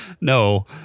No